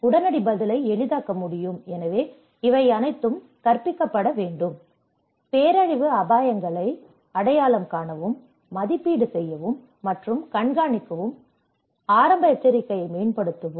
உடனடி பதிலை எளிதாக்க முடியும் எனவே இவை அனைத்தும் கற்பிக்கப்பட வேண்டும் பேரழிவு அபாயங்களை அடையாளம் காணவும் மதிப்பீடு செய்யவும் மற்றும் கண்காணிக்கவும் மற்றும் ஆரம்ப எச்சரிக்கையை மேம்படுத்தவும்